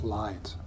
light